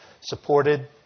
supported